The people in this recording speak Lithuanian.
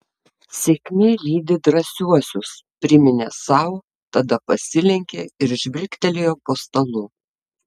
sėkmė lydi drąsiuosius priminė sau tada pasilenkė ir žvilgtelėjo po stalu